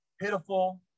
pitiful